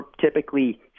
typically